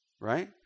right